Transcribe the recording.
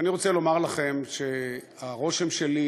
ואני רוצה לומר לכם שהרושם שלי,